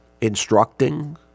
instructing